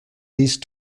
least